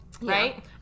Right